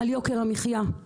על יוקר המחייה.